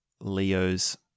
Leo's